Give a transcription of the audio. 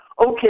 okay